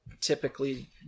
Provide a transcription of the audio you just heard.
typically